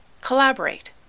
collaborate